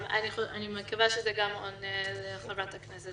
אני מקווה שזה עונה גם לחברת הכנסת אלהרר.